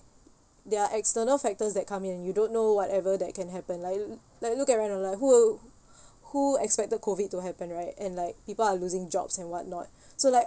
there're external factors that come in and you don't know whatever that can happen like like look at around on like who who expected COVID to happen right and like people are losing jobs and whatnot so like